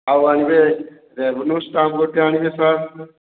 ଆଉ ଆଣିବେ revenue stamp ଗୋଟିଏ ଆଣିବେ ସାର୍